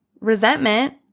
resentment